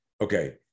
okay